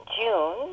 June